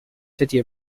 city